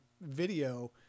video